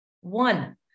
One